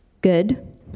Good